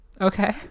Okay